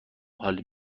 حال